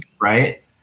Right